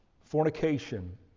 fornication